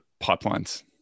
pipelines